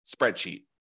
spreadsheet